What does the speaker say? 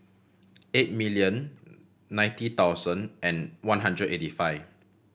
eight million ninety thousand and one hundred eighty five